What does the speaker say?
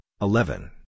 eleven